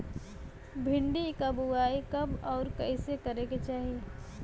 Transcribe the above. भिंडी क बुआई कब अउर कइसे करे के चाही?